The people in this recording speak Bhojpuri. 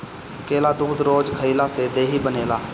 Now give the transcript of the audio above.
केला दूध रोज खइला से देहि बनेला